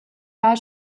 jahr